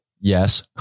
Yes